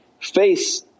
face